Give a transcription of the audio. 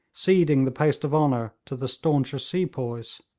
ceding the post of honour to the stauncher sepoys.